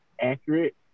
accurate